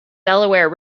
delaware